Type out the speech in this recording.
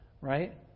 right